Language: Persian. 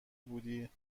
بودی